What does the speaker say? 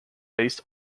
based